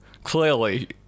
Clearly